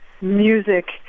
music